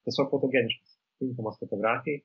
tiesiog fotogeniškus tinkamus fotografijai